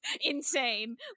insane